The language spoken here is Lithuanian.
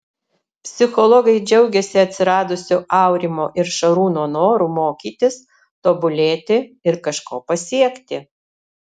psichologai džiaugiasi atsiradusiu aurimo ir šarūno noru mokytis tobulėti ir kažko pasiekti